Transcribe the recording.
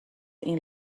این